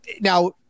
now